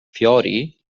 fiori